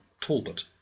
Talbot